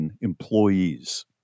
employees